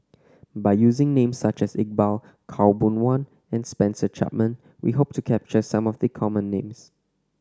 by using names such as Iqbal Khaw Boon Wan and Spencer Chapman we hope to capture some of the common names